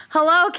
Hello